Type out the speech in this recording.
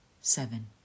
Seven